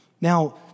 Now